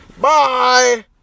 Bye